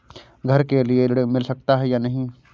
घर के लिए ऋण मिल सकता है या नहीं?